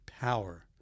power